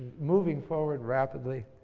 moving forward rapidly,